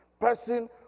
person